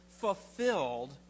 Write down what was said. fulfilled